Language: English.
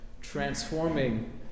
transforming